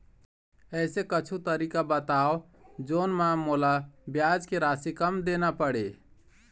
ऐसे कुछू तरीका बताव जोन म मोला ब्याज के राशि कम देना पड़े?